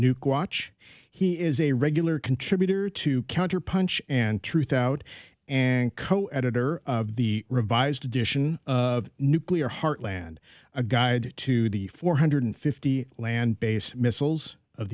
nuke watch he is a regular contributor to counterpunch and truthout and coeditor of the revised edition of nuclear heartland a guide to the four hundred fifty land based missiles of